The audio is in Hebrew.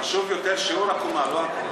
חשוב יותר שיעור הקומה, לא הקומה.